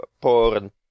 porn